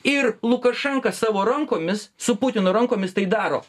ir lukašenka savo rankomis su putinu rankomis tai daro